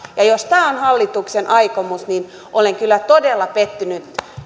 jos tämä on hallituksen aikomus niin olen kyllä todella pettynyt